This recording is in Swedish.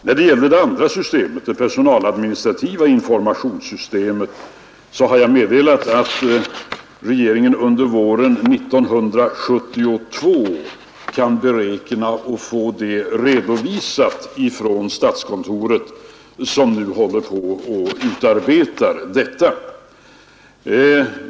När det gäller det andra systemet, det personaladministrativa informationssystemet, har jag meddelat att regeringen under våren 1972 kan beräkna att få det redovisat från statskontoret, som nu utarbetar detta.